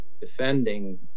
defending